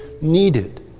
needed